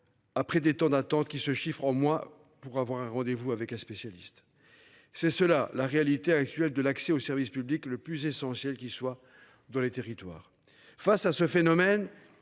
après des temps d'attente qui se chiffrent en mois pour avoir un rendez vous avec un spécialiste. C'est cela la réalité actuelle de l'accès au service public le plus essentiel qu'qui soit dans les territoires. Face à ce phénomène.